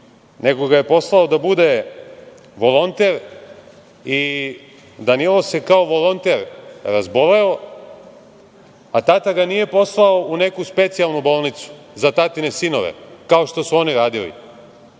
nego ga je poslao da bude volonter i Danilo se kao volonter razboleo, tata ga nije poslao u neku specijalnu bolnicu za tatine sinove, kao što su oni radili,